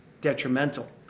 detrimental